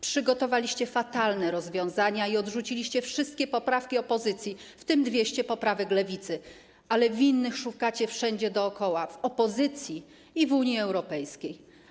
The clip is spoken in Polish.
Przygotowaliście fatalne rozwiązania i odrzuciliście wszystkie poprawki opozycji, w tym 200 poprawek Lewicy, ale winnych szukacie wszędzie dookoła, w opozycji i w Unii Europejskiej.